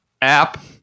app